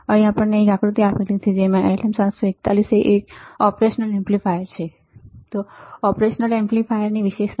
LM741 એક operational amplifier વિશેષતા